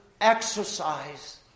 exercise